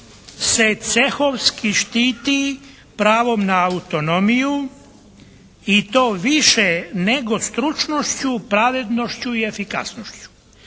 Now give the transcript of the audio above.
se cehovski štiti pravom na autonomiju i to više nego stručnošću, pravednošću i efikasnošću.